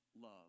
love